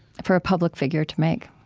for a public figure to make